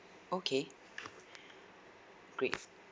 okay great